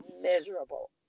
miserable